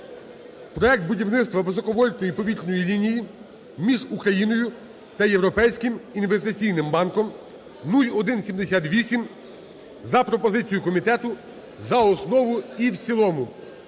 (Проект будівництва високовольтної повітряної лінії між Україною та Європейським інвестиційним банком (0178) за пропозицією комітету з основу і в цілому.